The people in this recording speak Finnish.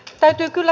täytyy kyllä